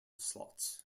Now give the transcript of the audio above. slots